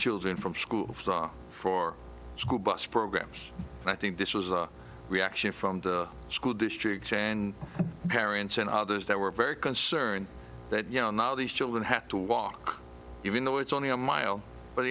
children from school for school bus programs and i think this was a reaction from the school district and parents and others that were very concerned that you know now these children have to walk even though it's only a mile but